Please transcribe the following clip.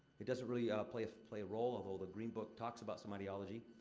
it doesn't really play ah play a role, although the green book talks about some ideology.